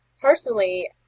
personally